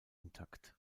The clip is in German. intakt